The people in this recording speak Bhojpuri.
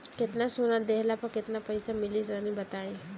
केतना सोना देहला पर केतना पईसा मिली तनि बताई?